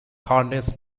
harness